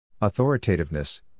Authoritativeness